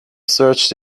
searched